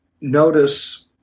notice